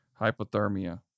hypothermia